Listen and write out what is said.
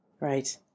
Right